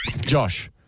Josh